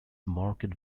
market